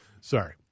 Sorry